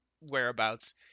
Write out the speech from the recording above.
whereabouts